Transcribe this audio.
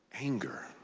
Anger